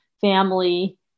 family